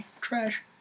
Trash